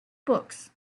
books